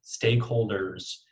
stakeholders